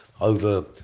Over